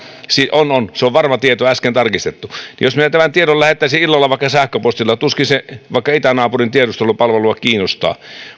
on on se on varma tieto äsken tarkistettu jos minä tämän tiedon lähettäisin illalla vaikka sähköpostilla tuskin se vaikka itänaapurin tiedustelupalvelua kiinnostaa